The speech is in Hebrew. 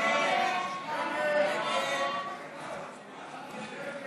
הצעת סיעת המחנה הציוני